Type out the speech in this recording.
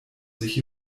sich